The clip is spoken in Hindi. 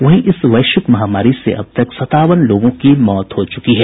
वहीं इस वैश्विक महामारी से अब तक सतावन लोगों की मौत हो चुकी है